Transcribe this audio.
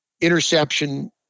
interception